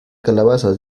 calabazas